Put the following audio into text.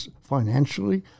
financially